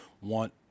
want